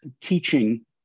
teaching